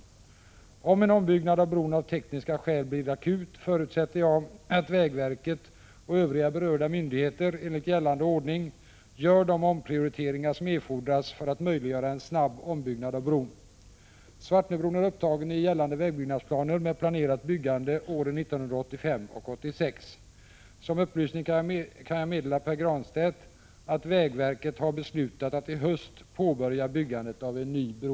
Om behovet av en ombyggnad av bron av tekniska skäl blir akut, förutsätter jag att vägverket och övriga berörda myndigheter — enligt gällande ordning — gör de omprioriteringar som erfordras för att möjliggöra en snabb ombyggnad av bron. Svartnöbron är upptagen i gällande vägbyggnadsplaner med planerat byggande åren 1985 och 1986. Som upplysning kan jag meddela Pär Granstedt att vägverket har beslutat att i höst påbörja bygget av en ny bro.